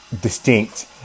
distinct